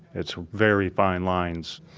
it's very fine lines.